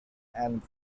and